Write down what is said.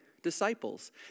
disciples